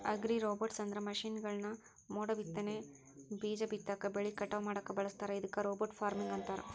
ಅಗ್ರಿರೋಬೊಟ್ಸ್ಅಂದ್ರ ಮಷೇನ್ಗಳನ್ನ ಮೋಡಬಿತ್ತನೆ, ಬೇಜ ಬಿತ್ತಾಕ, ಬೆಳಿ ಕಟಾವ್ ಮಾಡಾಕ ಬಳಸ್ತಾರ ಇದಕ್ಕ ರೋಬೋಟ್ ಫಾರ್ಮಿಂಗ್ ಅಂತಾರ